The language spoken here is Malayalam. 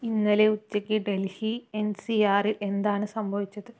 ഇന്നലെ ഉച്ചയ്ക്ക് ഡൽഹി എൻ സി ആറിൽ എന്താണ് സംഭവിച്ചത്